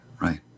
right